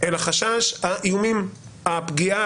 אלא חשש האיומים, הפגיעה.